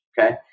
okay